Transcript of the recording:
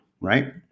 right